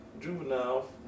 Juvenile